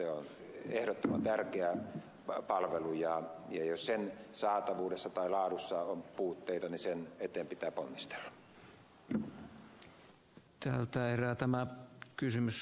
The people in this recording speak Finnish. se on ehdottoman tärkeä palvelu ja jos sen saatavuudessa tai laadussa on puutteita niin sen eteen pitää ponnistella